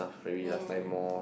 ya